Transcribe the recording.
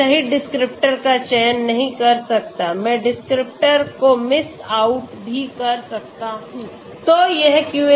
मैं सही डिस्क्रिप्टर का चयन नहीं कर सकता मैं डिस्क्रिप्टर को मिस आउट भी कर सकता हूं